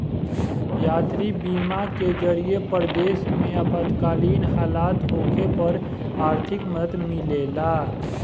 यात्री बीमा के जरिए परदेश में आपातकालीन हालत होखे पर आर्थिक मदद मिलेला